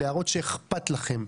להראות שאכפת לכם,